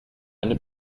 eine